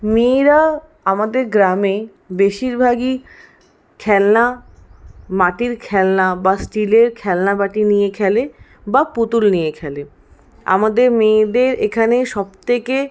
মেয়েরা আমাদের গ্রামে বেশিরভাগই খেলনা মাটির খেলনা বা স্টিলের খেলনাবাটি নিয়ে খেলে বা পুতুল নিয়ে খেলে আমাদের মেয়েদের এখানে সবথেকে